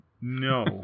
No